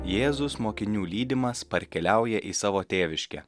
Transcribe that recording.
jėzus mokinių lydimas parkeliauja į savo tėviškę